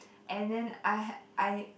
and then I had I